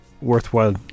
worthwhile